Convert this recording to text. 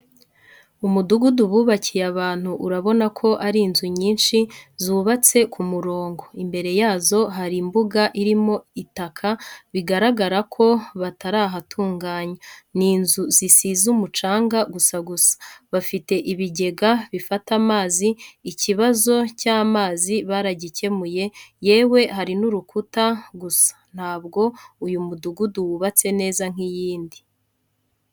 Umudugudu bubakiye abantu, urabona ko ari nzu nyinshi zubatse ku murongo, imbere yazo hari mbuga irimo itaka bigaragare ko batarahatunganya. Ni nzu zisize umucanga gusa gusa, bafite ibigega bifata amazi, ikibazo icy'amazi baragicyemuye yewe hari n'urukuta gusa ntabwo uyu mudugudu wubatse neza nk'iyindi.